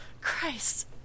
Christ